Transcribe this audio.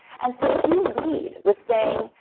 and so if you lead with saying,